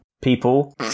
people